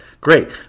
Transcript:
great